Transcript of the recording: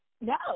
no